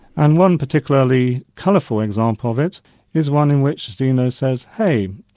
and one particularly colourful example of it is one in which zeno says, hey,